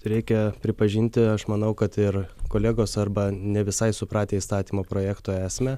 reikia pripažinti aš manau kad ir kolegos arba ne visai supratę įstatymo projekto esmę